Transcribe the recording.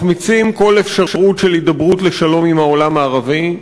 מחמיצים כל אפשרות של הידברות לשלום עם העולם הערבי.